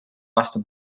vastu